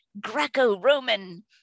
Greco-Roman